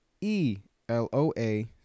E-L-O-A